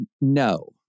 No